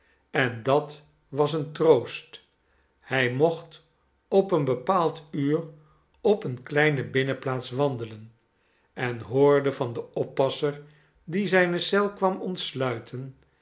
en dat was een troost hij mocht op een bepaald uur op eene kleine binnenplaats wandelesi en hoorde van den oppasser die zijne eel kwam ontsluiten